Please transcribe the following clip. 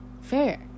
Fair